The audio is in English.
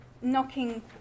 knocking